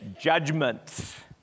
judgment